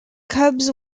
cubs